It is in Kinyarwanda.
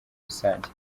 rusange